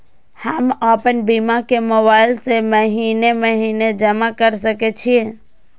हम आपन बीमा के मोबाईल से महीने महीने जमा कर सके छिये?